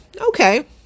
okay